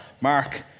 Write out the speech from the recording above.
Mark